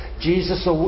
Jesus